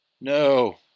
No